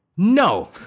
No